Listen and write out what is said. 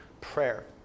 prayer